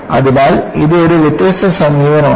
അതിനാൽ ഇത് ഒരു വ്യത്യസ്ത സമീപനമാണ്